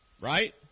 Right